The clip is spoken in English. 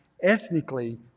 ethnically